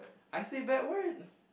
I say bad word